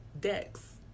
decks